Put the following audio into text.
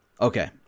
okay